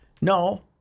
No